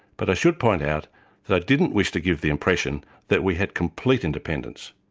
but i should point out that i didn't wish to give the impression that we had complete independence.